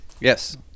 Yes